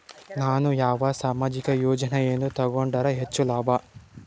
ನಾನು ಯಾವ ಸಾಮಾಜಿಕ ಯೋಜನೆಯನ್ನು ತಗೊಂಡರ ಹೆಚ್ಚು ಲಾಭ?